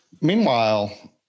Meanwhile